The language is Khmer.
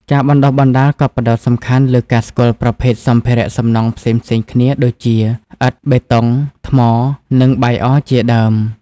ការបណ្តុះបណ្តាលក៏ផ្តោតសំខាន់លើការស្គាល់ប្រភេទសម្ភារសំណង់ផ្សេងៗគ្នាដូចជាឥដ្ឋ បេតុង ថ្ម និងបាយអជាដើម។